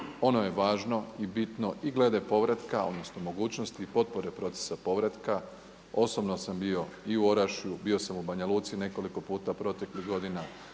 Ono je važno i bitno i glede povratka, odnosno mogućnosti i potpore procesa povratka. Osobno sam bio i u Orašju, bio sam u Banja Luci nekoliko puta proteklih godina,